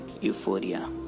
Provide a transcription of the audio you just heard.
euphoria